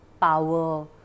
power